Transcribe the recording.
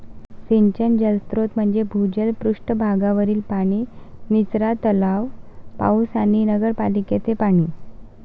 सिंचन जलस्रोत म्हणजे भूजल, पृष्ठ भागावरील पाणी, निचरा तलाव, पाऊस आणि नगरपालिकेचे पाणी